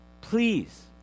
Please